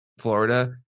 Florida